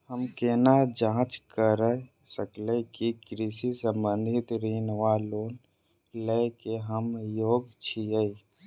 हम केना जाँच करऽ सकलिये की कृषि संबंधी ऋण वा लोन लय केँ हम योग्य छीयै?